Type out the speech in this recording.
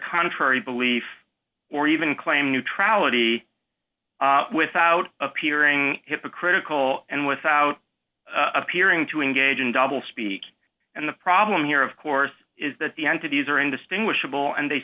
contrary belief or even claim neutrality without appearing hypocritical and without appearing to engage in double speak and the problem here of course is that the entities are indistinguishable and they